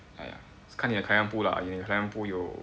!aiya! 看你的 client pool lah 你的 client pool 有